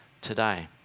today